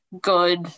good